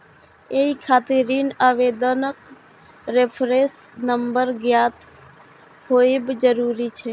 एहि खातिर ऋण आवेदनक रेफरेंस नंबर ज्ञात होयब जरूरी छै